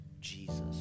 Jesus